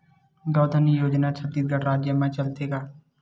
गौधन योजना छत्तीसगढ़ राज्य मा चलथे का?